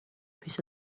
پیش